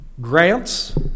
grants